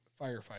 firefight